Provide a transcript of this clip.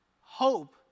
hope